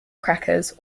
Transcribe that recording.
crackers